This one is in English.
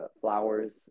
flowers